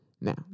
Now